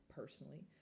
personally